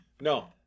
No